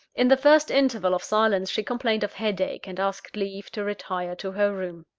in the first interval of silence, she complained of headache, and asked leave to retire to her room.